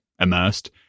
immersed